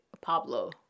Pablo